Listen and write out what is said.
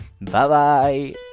Bye-bye